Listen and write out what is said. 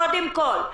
קודם כול,